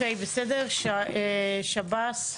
שב"ס,